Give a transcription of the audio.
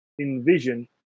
envision